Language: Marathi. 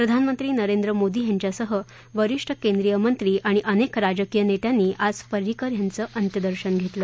प्रधानमंत्री नरेंद्र मोदी यांच्यासह वरीष्ठ केंद्रीयमंत्री आणि अनेक राजकीय नेत्यांनी आज पर्रिकर यांचं अंत्यं दर्शन घेतलं